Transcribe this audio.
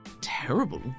terrible